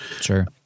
Sure